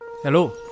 Hello